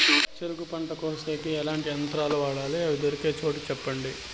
చెరుకు పంట కోసేకి ఎట్లాంటి యంత్రాలు వాడాలి? అవి దొరికే చోటు చెప్పండి?